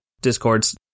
discords